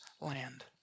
land